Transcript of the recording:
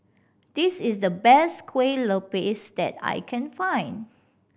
this is the best Kueh Lupis that I can find